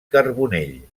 carbonell